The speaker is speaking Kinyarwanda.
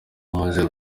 bamaze